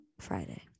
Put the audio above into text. Friday